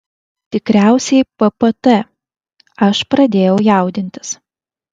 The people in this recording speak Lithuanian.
tikriausiai ppt aš pradėjau jaudintis